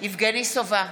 יבגני סובה,